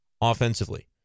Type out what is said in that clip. offensively